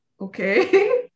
okay